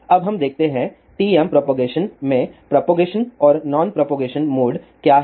अब हम देखते हैं TM प्रोपगेशन में प्रोपगेशन और नॉन प्रोपगेशन मोड क्या हैं